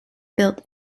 built